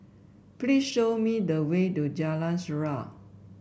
please show me the way to Jalan Surau